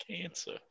cancer